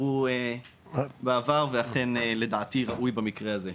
אמרו בעבר ואכן לדעתי ראוי במקרה הזה.